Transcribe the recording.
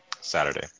Saturday